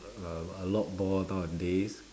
uh a lot more nowadays